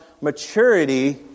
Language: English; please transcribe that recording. maturity